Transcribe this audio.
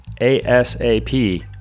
ASAP